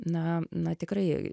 na na tikrai